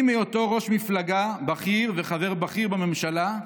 עם היותו ראש מפלגה בכיר וחבר בכיר בממשלה,